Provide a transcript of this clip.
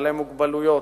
בעלי מוגבלויות,